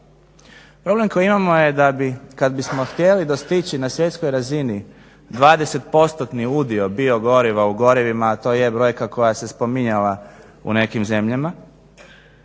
Problem koji imamo je da bi kada bismo htjeli dostići na svjetskoj razini 20%-ni udio biogoriva u gorivima a to je brojka koja se spominjala u nekim zemljama,